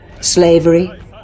Slavery